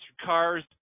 cars